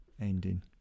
ending